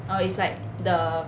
oh it's like the